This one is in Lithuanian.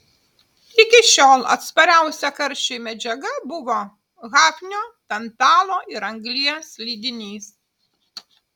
iki šiol atspariausia karščiui medžiaga buvo hafnio tantalo ir anglies lydinys